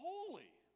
holy